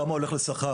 כמה הולך לשכר,